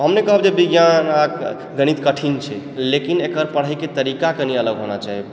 हम नहि कहब जे विज्ञान आ गणित कठिन छै लेकिन एकर पढ़यके तरीका कनि अलग होना चाही